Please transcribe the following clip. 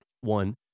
One